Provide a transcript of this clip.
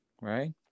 right